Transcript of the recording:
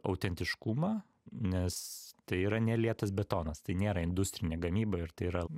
autentiškumą nes tai yra ne lietas betonas tai nėra industrinė gamyba ir tai yra